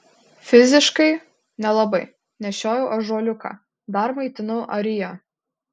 fiziškai nelabai nešiojau ąžuoliuką dar maitinau ariją